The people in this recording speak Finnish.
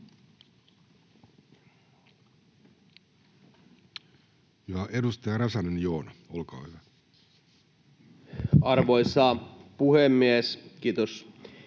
Edustaja Räsänen Joona, olkaa hyvä. Arvoisa puhemies!